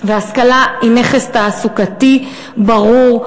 וההשכלה היא נכס תעסוקתי ברור,